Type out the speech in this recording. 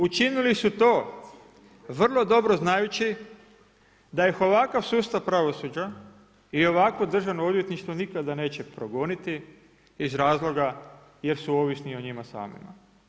Učinili su to vrlo dobro znajući da ih ovakav sustav pravosuđa i ovakvo državno odvjetništvo nikada neće progoniti iz razloga jer su ovisni o njima samima.